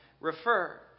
refer